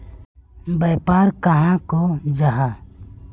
व्यापार कहाक को जाहा?